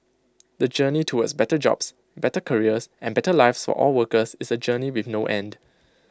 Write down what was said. the journey towards better jobs better careers and better lives for all workers is A journey with no end